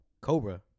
Cobra